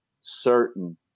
certain